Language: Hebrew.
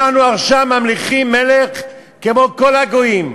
אנחנו עכשיו ממליכים מלך כמו כל הגויים,